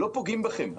לא פוגעים בכם,